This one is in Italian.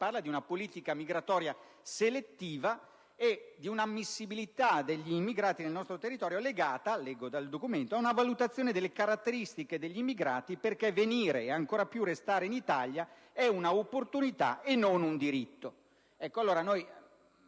parla di una politica migratoria selettiva e di una ammissibilità degli immigrati nel nostro territorio legata - leggo dal documento - a una valutazione delle caratteristiche degli immigrati, perché venire e, ancora più, restare in Italia è una opportunità e non un diritto.